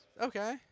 Okay